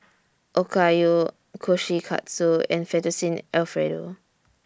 Okayu Kushikatsu and Fettuccine Alfredo